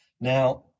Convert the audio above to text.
Now